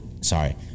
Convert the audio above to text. sorry